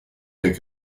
der